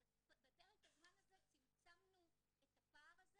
אז בפרק הזמן הזה צמצמנו את הפער הזה